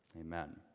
amen